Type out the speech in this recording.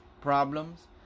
problems